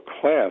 class